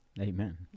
Amen